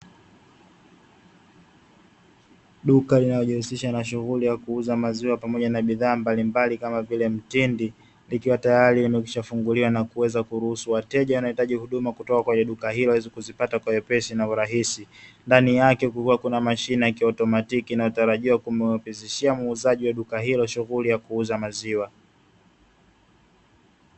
Duka linalo jihusisha na shughuli ya kuuza maziwa pamoja na vitu mbalimbali kama vile mtindi likiwa tayari limekwisha funguliwa na kuweza kuruhusu wateja wanao hitaji huduma kutoka kwenye duka hilo waweze kuzipata kwa wepesi na urahisi ndani yake kukiwa na mashine ya kiotomatiki inayotarajiwa kumrahisishia muuzaji shughuli ya kuuza maziwa .